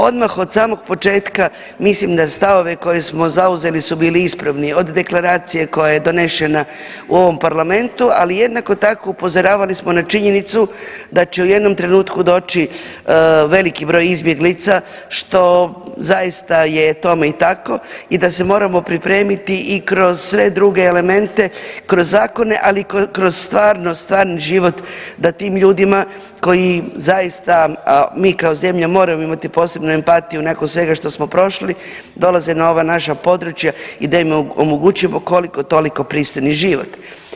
Odmah od samog početka mislim na stavove koje smo zauzeli su bili ispravni, od deklaracije koja je donešena u ovom Parlamentu, ali jednako tako upozoravali smo na činjenicu da će u jednom trenutku doći veliki broj izbjeglica što zaista je tome i tako i da se moramo pripremiti i kroz sve druge elemente, kroz zakone, ali kroz stvarno stvarni život da tim ljudima koji zaista mi kao zemlja moramo imati posebnu empatiju nakon svega što smo prošli, dolaze na ova naša područja i da im omogućimo koliko toliko pristojni život.